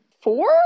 Four